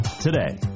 today